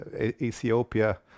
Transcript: Ethiopia